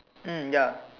mm ya